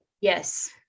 Yes